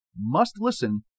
must-listen